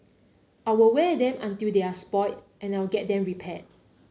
I'll wear them until they're spoilt and I'll get them repaired